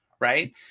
right